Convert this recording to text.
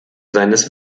seines